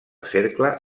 cercle